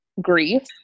grief